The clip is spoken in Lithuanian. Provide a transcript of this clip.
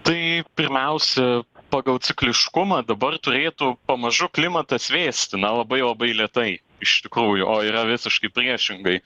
tai pirmiausia pagal cikliškumą dabar turėtų pamažu klimatas vėsti na labai labai lėtai iš tikrųjų o yra visiškai priešingai